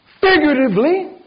Figuratively